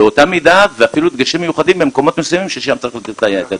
באותה מידה ואפילו דגשים מיוחדים במקומות מסוימים ששם צריך לתת את הדגש.